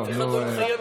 אף אחד לא התחייב.